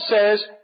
says